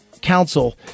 Council